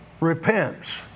repents